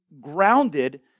grounded